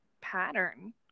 pattern